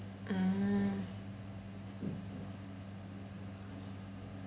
mm